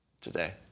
Today